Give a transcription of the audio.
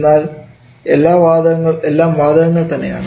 എന്നാൽ എല്ലാം വാതകങ്ങൾ തന്നെയാണ്